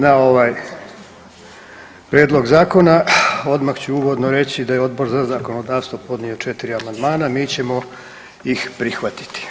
Na ovaj Prijedlog zakona odmah ću uvodno reći da je Odbor za zakonodavstvo podnio 4 amandmana, mi ćemo ih prihvatiti.